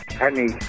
honey